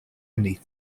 beneath